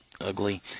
ugly